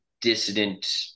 dissident